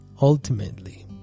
ultimately